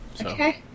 okay